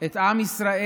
את עם ישראל